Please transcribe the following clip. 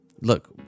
Look